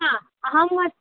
हा अहम्